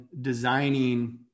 designing